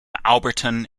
alberton